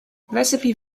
recipe